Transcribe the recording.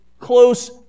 close